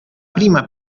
prima